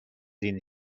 این